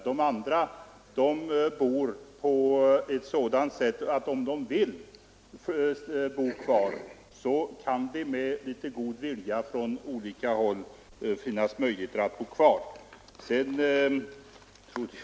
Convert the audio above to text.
De övriga bor så, att det med litet god vilja från olika håll finns möjligheter för dem att bo kvar, om de vill det.